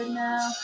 now